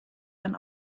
than